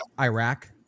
Iraq